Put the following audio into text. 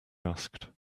asked